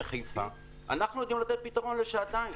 בחיפה אנחנו יודעים לתת פתרון לשעתיים.